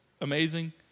amazing